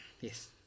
Yes